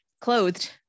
clothed